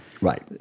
right